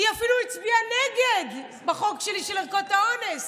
היא אפילו הצביעה נגד בחוק שלי של ערכות האונס.